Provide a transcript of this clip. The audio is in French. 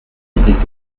étaient